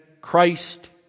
Christ